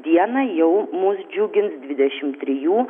dieną jau mus džiugins dvidešim trijų